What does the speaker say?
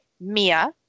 Mia